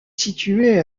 située